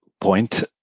point